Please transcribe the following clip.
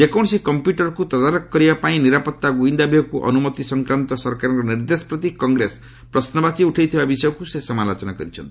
ଯେକୌଣସି କମ୍ପ୍ୟୁଟରକୁ ତଦାରଖ କରିବା ପାଇଁ ନିରାପତ୍ତା ଓ ଗୁଇନ୍ଦା ବିଭାଗକୁ ଅନୁମତି ସଂକ୍ରାନ୍ତ ସରକାରଙ୍କ ନିର୍ଦ୍ଦେଶ ପ୍ରତି କଂଗ୍ରେସ ପ୍ରଶ୍ୱବାଚୀ ଉଠାଇଥିବା ବିଷୟକୁ ସେ ସମାଲୋଚନା କରିଛନ୍ତି